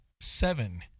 seven